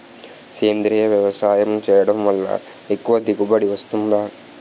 సేంద్రీయ వ్యవసాయం చేయడం వల్ల ఎక్కువ దిగుబడి వస్తుందా?